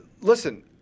listen